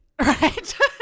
right